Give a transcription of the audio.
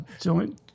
Joint